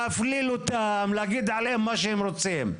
להפליל אותם ולהגיד עליהם מה שהם רוצים.